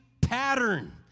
pattern